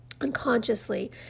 unconsciously